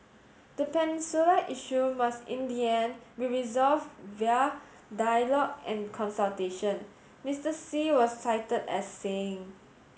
the peninsula issue must in the end be resolved via dialogue and consultation Mister Xi was cited as saying